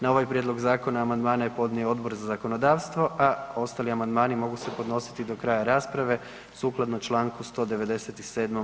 Na ovaj prijedlog zakona, amandmane je podnio Odbor za zakonodavstvo, a ostali amandman mogu se podnositi do kraja rasprave sukladno čl. 197.